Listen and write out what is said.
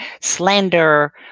slander